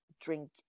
drink